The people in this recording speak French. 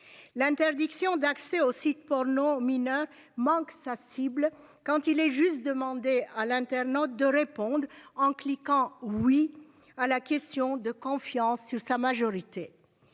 L'interdiction d'accès aux sites pornos mineurs manque sa cible quand il est juste demander à l'internaute de répondent en cliquant oui à la question de confiance sur sa majorité.